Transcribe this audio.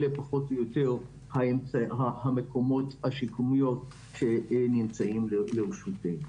אלה פחות או יותר המקומות השיקומיים שנמצאים לרשותנו.